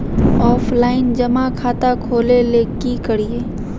Offline जमा खाता खोले ले की करिए?